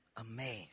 amazed